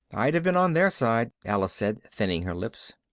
i'd have been on their side, alice said, thinning her lips.